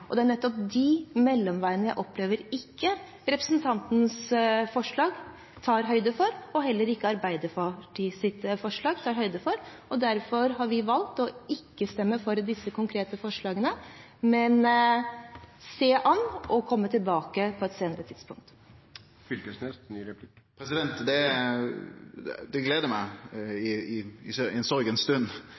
og det er nettopp de mellomveiene jeg opplever at representanten ikke tar høyde for og heller ikke Arbeiderpartiet og Senterpartiets forslag tar høyde for. Derfor har vi valgt å ikke stemme for disse konkrete forslagene, men se det an og komme tilbake på et senere tidspunkt.